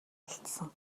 алдсан